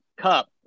Cup